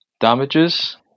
damages